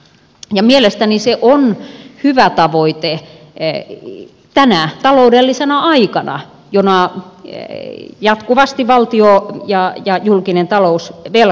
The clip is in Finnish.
mielestäni se on hyvä tavoite tänä ta loudellisena aikana jona valtio ja julkinen talous jatkuvasti velkaantuu